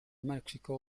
mexico